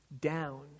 down